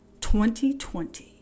2020